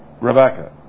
Rebecca